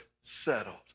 settled